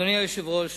אדוני היושב-ראש,